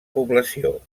població